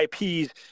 IPs